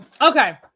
okay